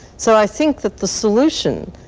so i think that the solution,